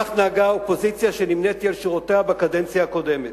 כך נהגה אופוזיציה שנמניתי עם שורותיה בקדנציה הקודמת.